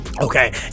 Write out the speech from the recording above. Okay